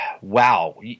wow